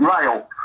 rail